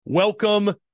Welcome